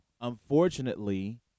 Unfortunately